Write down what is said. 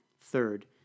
Third